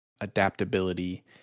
adaptability